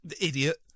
Idiot